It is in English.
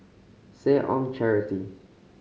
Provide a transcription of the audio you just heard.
Seh Ong Charity